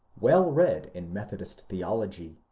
well read in methodist theology,